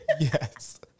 yes